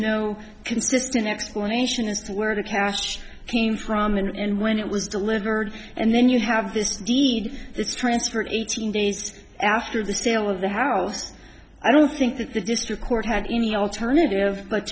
no consistent explanation as to where the castro came from and when it was delivered and then you have this deed that's transferred eighteen days after the sale of the house i don't think that the district court had any alternative but